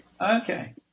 Okay